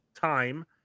time